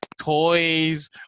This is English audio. toys